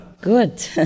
Good